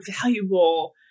valuable